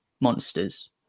monsters